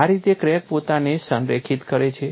આ રીતે ક્રેક પોતાને સંરેખિત કરે છે